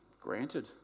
granted